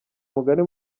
umugani